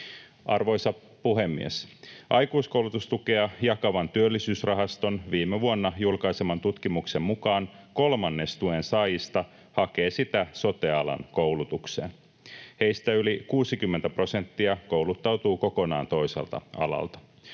Arvoisa puhemies! Aikuiskoulutustukea jakavan Työllisyysrahaston viime vuonna julkaiseman tutkimuksen mukaan kolmannes tuen saajista hakee sitä sote-alan koulutukseen. Heistä yli 60 prosenttia kouluttautuu kokonaan toiselta alalta.